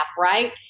right